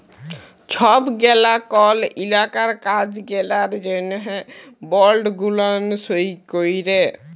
ছব গেলা কল ইলাকার কাজ গেলার জ্যনহে বল্ড গুলান সই ক্যরে